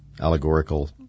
allegorical